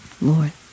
Lord